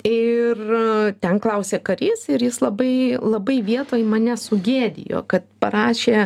ir ten klausė karys ir jis labai labai vietoj mane sugėdijo kad parašė